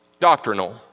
Doctrinal